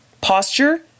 Posture